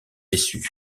déçus